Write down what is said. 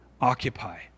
Occupy